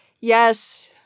Yes